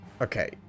Okay